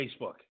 Facebook